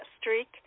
streak